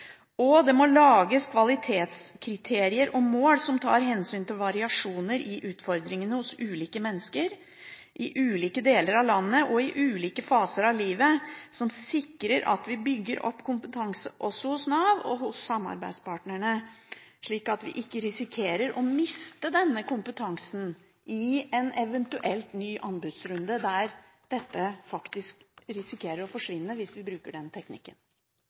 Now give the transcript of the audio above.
Fontenehusene Det må lages kvalitetskriterier og mål som tar hensyn til variasjoner i utfordringene hos ulike mennesker i ulike deler av landet og i ulike faser av livet, som sikrer at vi bygger opp kompetanse hos Nav og hos samarbeidspartnerne, slik at vi ikke risikerer å miste denne kompetansen i en eventuelt ny anbudsrunde der dette faktisk risikerer å forsvinne hvis vi bruker den teknikken.